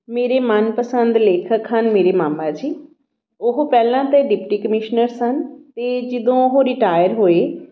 ਮੇਰੇ ਮਨ ਪਸੰਦ ਲੇਖਕ ਹਨ ਮੇਰੇ ਮਾਮਾ ਜੀ ਉਹ ਪਹਿਲਾਂ ਤਾਂ ਡਿਪਟੀ ਕਮਿਸ਼ਨਰ ਸਨ ਅਤੇ ਜਦੋਂ ਉਹ ਰਿਟਾਇਰ ਹੋਏ